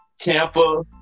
Tampa